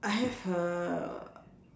I have a